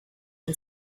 can